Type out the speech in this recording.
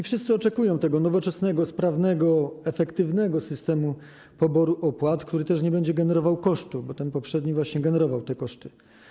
Wszyscy oczekują nowoczesnego, sprawnego, efektywnego systemu poboru opłat, który nie będzie generował kosztów, bo ten poprzedni właśnie generował koszty.